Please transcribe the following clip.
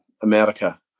America